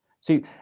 See